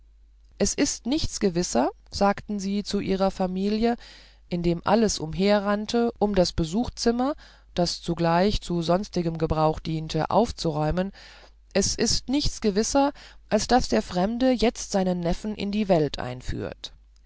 es ist nichts gewisser sagten sie zu ihrer familie indem alles umherrannte um das besuchzimmer das zugleich zu sonstigem gebrauch diente aufzuräumen es ist nichts gewisser als daß der fremde jetzt seinen neffen in die welt einführt